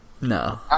No